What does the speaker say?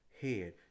head